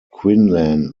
quinlan